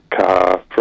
car